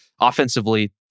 offensively